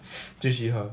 继续喝